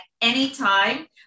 anytime